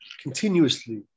continuously